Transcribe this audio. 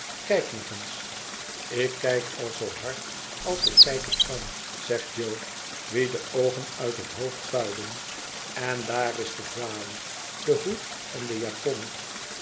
kijk nog eens ik kijk al zoo hard als ik kijken kan zegt jo wien de oogen uit het hoofd puilen en daar is de voile de hoed en de japon